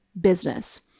business